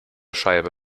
scheibe